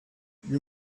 you